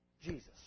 Jesus